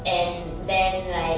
and then like